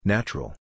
Natural